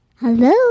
Hello